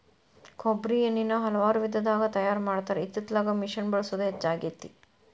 ಕೊಬ್ಬ್ರಿ ಎಣ್ಣಿನಾ ಹಲವಾರು ವಿಧದಾಗ ತಯಾರಾ ಮಾಡತಾರ ಇತ್ತಿತ್ತಲಾಗ ಮಿಷಿನ್ ಬಳಸುದ ಹೆಚ್ಚಾಗೆತಿ